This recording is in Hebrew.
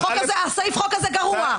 הסעיף חוק הזה גרוע.